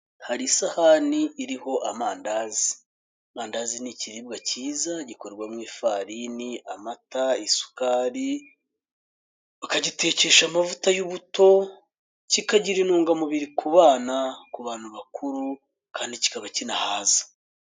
Hari isahani iriho amandazi, amandazi ni ikiribwa cyiza gikorwa mw'ifarini, amata, isukari, bakagitekesha amavuta y'ubuto, kikagira intungamubiri ku bana, ku bantu bakuru kandi kikaba kinahaza